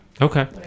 okay